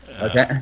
Okay